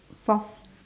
fourth